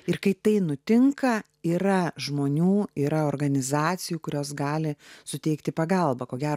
ir kai tai nutinka yra žmonių yra organizacijų kurios gali suteikti pagalbą ko gero